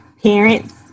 parents